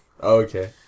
Okay